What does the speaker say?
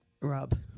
Rob